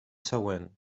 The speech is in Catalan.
següent